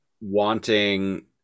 wanting